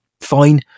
fine